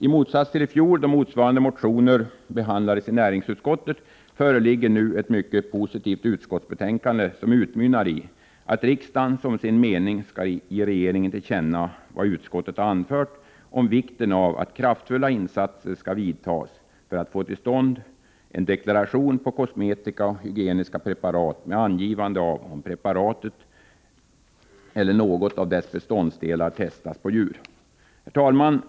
I motsats till då motsvarande motioner i fjol behandlades i näringsutskottet föreligger nu ett mycket positivt utskottsbetänkande, som utmynnar i att riksdagen som sin mening skall ge regeringen till känna vad utskottet anfört om vikten av att kraftfulla insatser skall vidtas för att få till stånd en deklaration på kosmetiska och hygieniska preparat med angivande av om preparatet eller någon av dess beståndsdelar testats på djur. Herr talman!